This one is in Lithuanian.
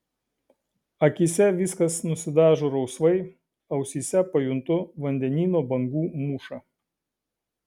akyse viskas nusidažo rausvai ausyse pajuntu vandenyno bangų mūšą